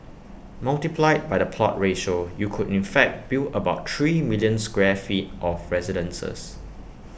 multiplied by the plot ratio you could in fact build about three million square feet of residences